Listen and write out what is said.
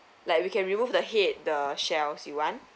like we can remove the head the shells you want